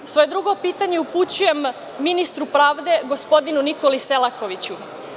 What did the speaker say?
Svoje drugo pitanje upućujem ministru pravde gospodinu Nikoli Selakoviću.